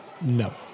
No